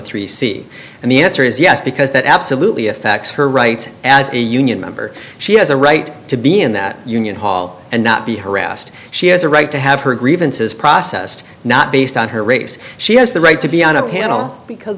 three c and the answer is yes because that absolutely affects her rights as a union member she has a right to be in that union hall and not be harassed she has a right to have her grievances processed not based on her race she has the right to be on a panel because